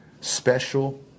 special